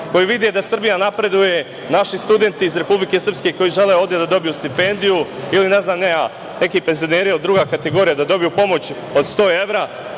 koji vide da Srbija napreduje, naši studenti iz Republike Srpske koji žele ovde da dobiju stipendiju ili ne znam ni ja, neki penzioneri ili druga kategorija da dobiju pomoć od 100 evra